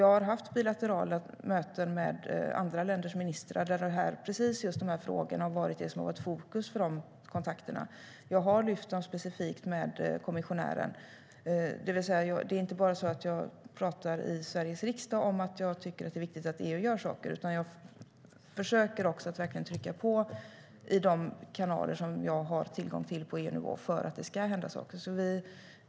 Jag har haft bilaterala möten med andra länders ministrar där precis de här frågorna varit i fokus. Jag har lyft dem specifikt med kommissionären. Det är inte så att jag bara pratar i Sveriges riksdag om att jag tycker att det är viktigt att EU gör saker, utan jag försöker också verkligen trycka på i de kanaler som jag har tillgång till på EU-nivå för att det ska hända saker.